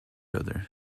other